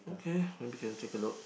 okay maybe can take a look